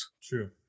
True